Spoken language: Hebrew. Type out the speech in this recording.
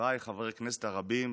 חבריי חברי הכנסת הרבים,